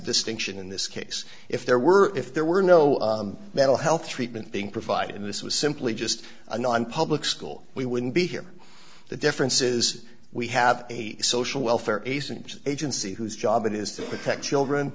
distinction in this case if there were if there were no mental health treatment being provided and this was simply just a nonpublic school we wouldn't be here the difference is we have a social welfare agency whose job it is to protect children